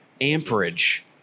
amperage